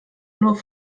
nur